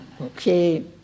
okay